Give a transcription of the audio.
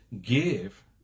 give